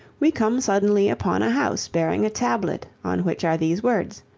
we come suddenly upon a house bearing a tablet on which are these words,